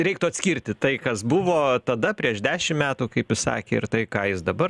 reiktų atskirti tai kas buvo tada prieš dešim metų kaip jis sakė ir tai ką jis dabar